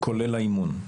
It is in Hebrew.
כולל האימון.